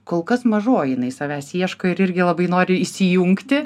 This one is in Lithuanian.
kol kas mažoji jinai savęs ieško ir irgi labai nori įsijungti